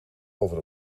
over